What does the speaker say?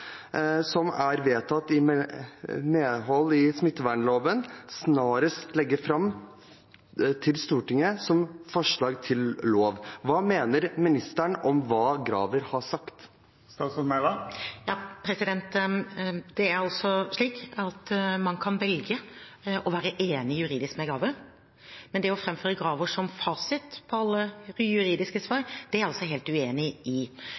som er vedtatt i medhold av smittevernloven § 7-12 snarest legges frem for Stortinget som forslag til lov.» Hva mener ministeren om hva Graver har sagt? Man kan velge å være enig juridisk med Graver, men å framføre Graver som fasit på alle juridiske svar er jeg helt uenig i.